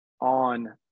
on